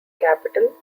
capital